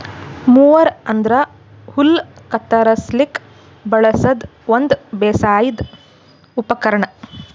mower ಅಂದ್ರ ಹುಲ್ಲ್ ಕತ್ತರಸ್ಲಿಕ್ ಬಳಸದ್ ಒಂದ್ ಬೇಸಾಯದ್ ಉಪಕರ್ಣ್